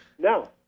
No